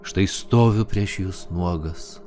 štai stoviu prieš jus nuogas